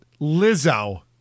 Lizzo